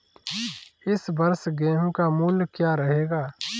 इस वर्ष गेहूँ का मूल्य क्या रहेगा?